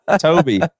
Toby